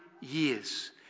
years